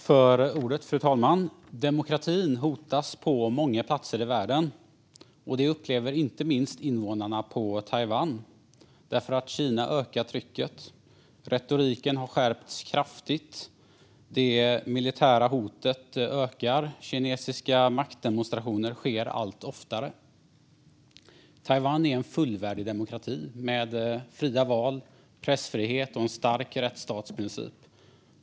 Fru talman! Demokratin hotas på många platser i världen. Det upplever inte minst invånarna i Taiwan, därför att Kina ökar trycket. Retoriken har skärpts kraftigt, det militära hotet ökar och kinesiska maktdemonstrationer sker allt oftare. Taiwan är en fullvärdig demokrati med fria val, pressfrihet och en stark rättsstatsprincip.